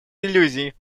иллюзий